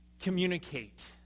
communicate